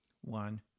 One